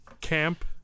camp